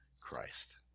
Christ